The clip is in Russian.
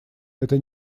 это